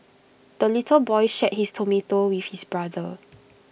the little boy shared his tomato with his brother